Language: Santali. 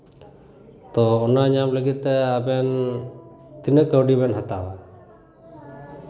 ᱛᱳ ᱚᱱᱟ ᱧᱟᱢ ᱞᱟᱹᱜᱤᱫ ᱛᱮ ᱟᱵᱮᱱ ᱛᱤᱱᱟᱹᱜ ᱠᱟᱹᱣᱰᱤ ᱵᱮᱱ ᱦᱟᱛᱟᱣᱟ